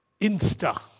insta